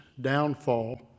downfall